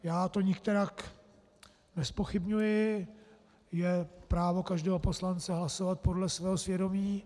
Já to nikterak nezpochybňuji, je právo každého poslance hlasovat podle svého svědomí.